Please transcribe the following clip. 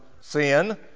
sin